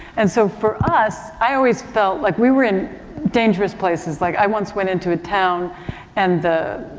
and so for us, i always felt like we were in dangerous places. like i once went into a town and the,